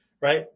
Right